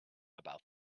about